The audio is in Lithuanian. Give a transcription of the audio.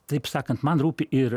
taip sakant man rūpi ir